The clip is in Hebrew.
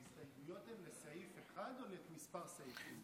ההסתייגויות הן לסעיף 1 או לכמה סעיפים?